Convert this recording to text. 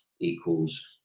equals